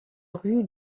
rue